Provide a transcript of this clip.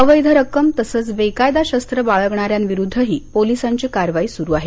अवैध रक्कम तसंच बेकायदा शस्त्र बाळगणा यांविरुद्धही पोलिसांची कारवाई सुरू आहे